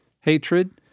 hatred